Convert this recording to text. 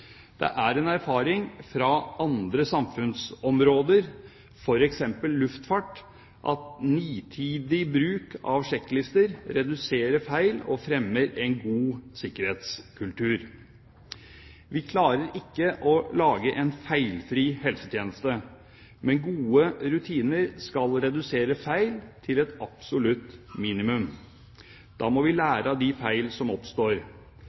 Det er en erfaring fra andre samfunnsområder, f.eks. luftfart, at nitid bruk av sjekklister reduserer feil og fremmer en god sikkerhetskultur. Vi klarer ikke å lage en feilfri helsetjeneste, men gode rutiner skal redusere feil til et absolutt minimum. Da må vi lære av de feil som oppstår.